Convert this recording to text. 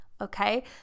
okay